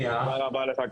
תודה רבה לך,